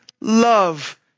love